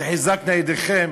תחזקנה ידיכם.